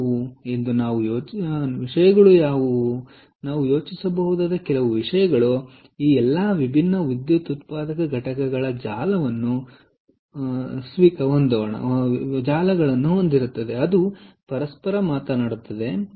ಆದ್ದರಿಂದ ನಾನು ಯೋಚಿಸಬಹುದಾದ ಕೆಲವು ವಿಷಯಗಳು ಈ ಎಲ್ಲಾ ವಿಭಿನ್ನ ವಿದ್ಯುತ್ ಉತ್ಪಾದನಾ ಘಟಕಗಳ ಜಾಲವನ್ನು ನಾವು ಹೊಂದೋಣ ಅದು ಪರಸ್ಪರ ಮಾತನಾಡುತ್ತದೆ ಮತ್ತು